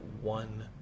one